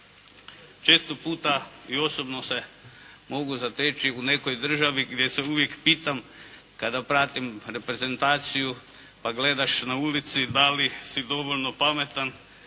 često puta i osobno se mogu zateći u nekoj državi gdje se uvijek pitam kada pratim reprezentaciju, pa gledaš na ulici da li si dovoljno pametan